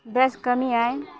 ᱵᱮᱥ ᱠᱟᱹᱢᱤᱭᱟᱭ